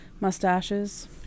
mustaches